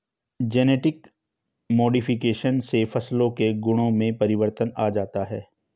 genetic modification से फसलों के गुणों में परिवर्तन आ जाता है